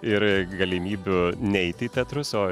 ir galimybių neiti į teatrus o